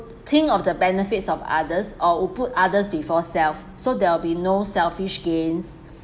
think of the benefits of others or u~ put others before self so there'll be no selfish gains